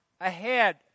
ahead